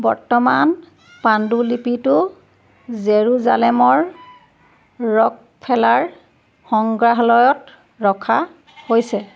বৰ্তমান পাণ্ডুলিপিটো জেৰুজালেমৰ ৰ'কফেলাৰ সংগ্ৰহালয়ত ৰখা হৈছে